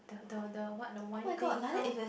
the the what the wine thing how